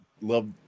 Love